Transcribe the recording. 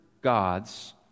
God's